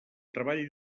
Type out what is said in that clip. treball